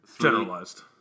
generalized